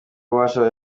ububasha